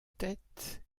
tête